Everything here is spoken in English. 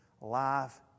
life